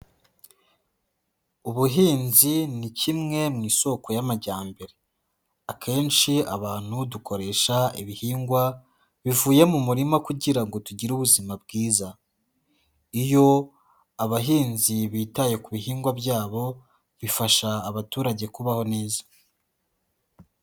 Ubuhinzi ni kimwe mu isoko y'amajyambere, akenshi abantu dukoresha ibihingwa bivuye mu murima kugira ngo tugire ubuzima bwiza. Iyo abahinzi bitaye ku bihingwa byabo bifasha abaturage kubaho neza.